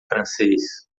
francês